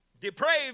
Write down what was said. depraved